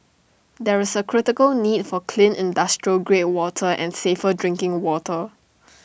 there is A critical need for clean industrial grade water and safer drinking water